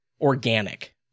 organic